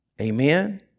Amen